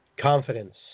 Confidence